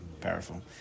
powerful